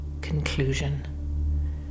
conclusion